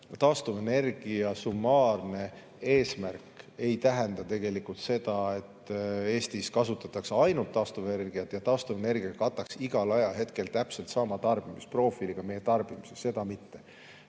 taastuvenergia summaarne eesmärk ei tähenda seda, et Eestis kasutatakse ainult taastuvenergiat ja taastuvenergiaga kataks igal ajahetkel täpselt sama tarbimisprofiili ka meie tarbimises. Seda mitte.